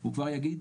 הוא כבר יגיד,